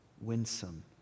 winsome